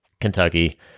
Kentucky